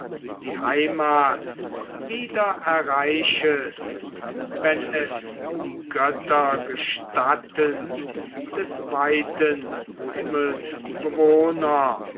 die heimat wieder erreichest wenn es die götter gestatten des weiten